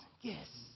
Yes